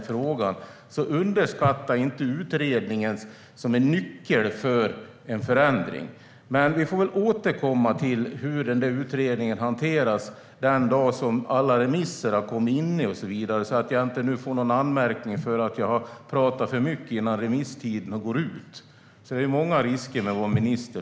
Man ska inte underskatta utredningen som en nyckel för att få en förändring. Vi får återkomma till hur utredningen hanteras den dag alla remisser har kommit in, så att jag inte får någon anmärkning för att jag har pratat för mycket innan remisstiden går ut. Det är många risker med att vara minister.